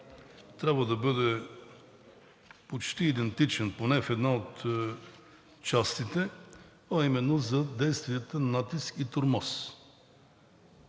трябва да бъде почти идентичен – поне в една от частите, а именно за действията натиск и тормоз.